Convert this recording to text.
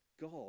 God